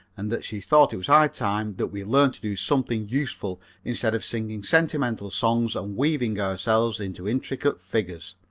and that she thought it was high time that we learned to do something useful instead of singing sentimental songs and weaving ourselves into intricate figures.